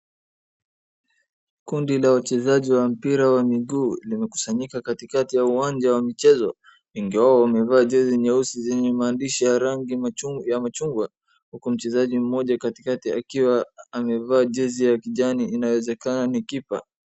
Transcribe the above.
Kundi la uchezaji wa mpira wa miguu limekusanyika katikati wa uwanja wa michezo. Wengi wao wamevaa jezi nyeusi zenye maandishi ya rangi ya machungwa. Huku mchezaji mmoja katikati akiwa amevaa jezi ya kijani inawezekana ni keeper .